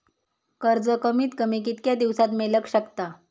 कर्ज कमीत कमी कितक्या दिवसात मेलक शकता?